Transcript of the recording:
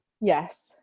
Yes